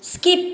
skip